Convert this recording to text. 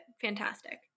Fantastic